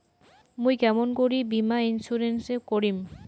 মুই কেমন করি বীমা ইন্সুরেন্স করিম?